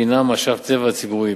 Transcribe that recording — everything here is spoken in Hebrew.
שהינם משאבי טבע ציבוריים.